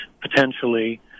potentially